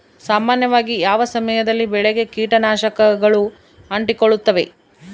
ಸಾಮಾನ್ಯವಾಗಿ ಯಾವ ಸಮಯದಲ್ಲಿ ಬೆಳೆಗೆ ಕೇಟನಾಶಕಗಳು ಅಂಟಿಕೊಳ್ಳುತ್ತವೆ?